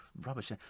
Rubbish